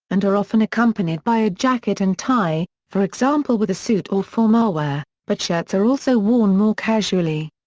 and are often accompanied by a jacket and tie, for example with a suit or formalwear, but shirts are also worn more casually.